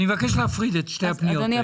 אני מבקש להפריד את שתי הפניות.